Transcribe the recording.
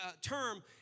term